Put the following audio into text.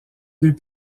deux